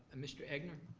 mr. egnor?